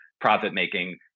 profit-making